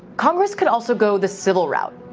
congress can also go the civil route.